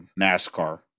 NASCAR